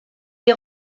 est